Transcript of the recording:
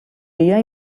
dia